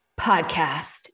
podcast